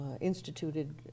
instituted